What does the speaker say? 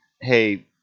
hey